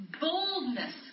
boldness